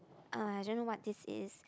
uh I don't know what this is